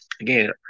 again